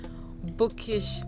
bookish